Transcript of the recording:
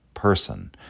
Person